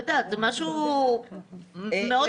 זה משהו מאוד בסיסי.